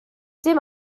dim